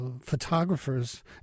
photographers